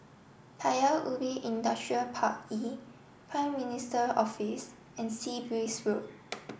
Paya Ubi Industrial Park E Prime Minister Office and Sea Breeze Road